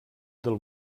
del